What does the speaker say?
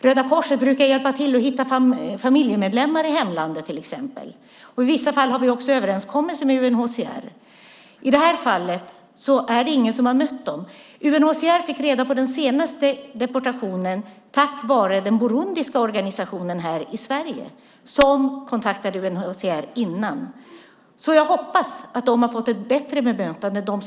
Röda Korset brukar hjälpa till att hitta familjemedlemmar i hemlandet, till exempel. I vissa fall har vi också överenskommelser med UNHCR. I det här fallet var det ingen som mötte dem. UNHCR fick reda på den senaste deportationen tack vare den burundiska organisationen här i Sverige, som kontaktade UNHCR. Jag hoppas att de som nu ändå är kvar har fått ett bättre bemötande.